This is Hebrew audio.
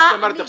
מה שאמרת עכשיו,